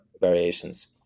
variations